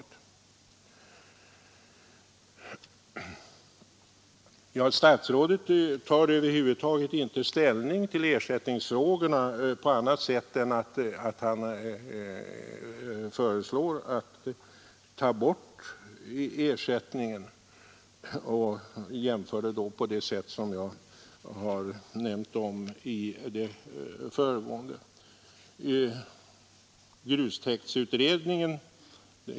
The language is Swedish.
Statsrådet tar över huvud taget inte ställning till ersättningsfrågorna på annat sätt än att han föreslår att man skall ta bort ersättningen, och han jämför då på det sätt som jag tidigare har nämnt.